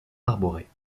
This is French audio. arborée